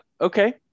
Okay